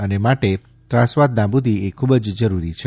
અને માટે ત્રાસવાદ નાબૂદી એ ખૂબ જ જરૂરી છે